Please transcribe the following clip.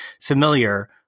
familiar